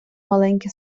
маленькі